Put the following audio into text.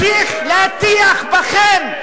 חבר הכנסת נסים זאב,